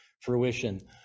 fruition